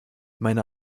meine